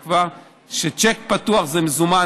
צ'ק פתוח זה מזומן,